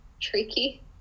tricky